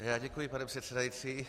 Já děkuji, pane předsedající.